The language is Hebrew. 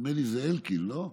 נדמה לי שזה אלקין, לא?